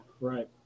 Right